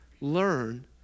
learn